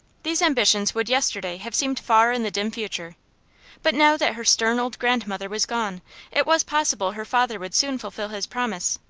these ambitions would yesterday have seemed far in the dim future but now that her stern old grandmother was gone it was possible her father would soon fulfill his promises.